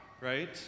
right